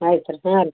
ಆಯ್ತು ರೀ ಹಾಂ ರೀ